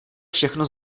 všechno